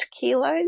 kilos